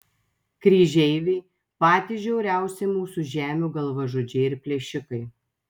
kryžeiviai patys žiauriausi mūsų žemių galvažudžiai ir plėšikai